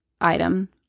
item